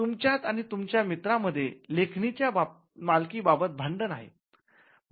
तुमच्यात आणि तुमच्या मित्रा मध्ये लेखणीच्या मालकी बाबत भांडण आहे